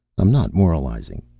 i'm not moralizing.